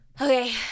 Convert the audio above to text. Okay